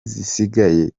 zisigaye